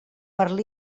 per